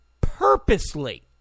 purposely